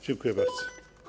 Dziękuję bardzo.